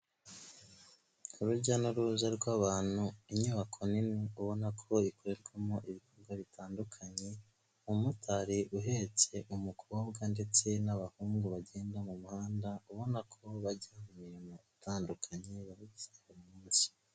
Urujya n'uruza rw'abantu, inyubako nini ubona ko ikorerwamo ibikorwa bitandukanye, umumotari uhetse umukobwa ndetse n'abahungu bagenda mu muhanda, ubona ko bajya mu mirimo itandukanye bagize buri munsi.